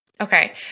Okay